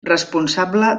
responsable